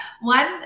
one